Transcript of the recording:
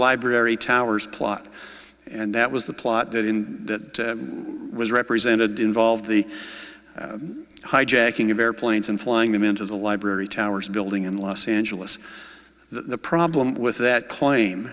library towers plot and that was the plot that in that was represented involved the hijacking of airplanes and flying them into the library towers building in los angeles the problem with that claim